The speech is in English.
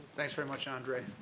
thanks very much, andre.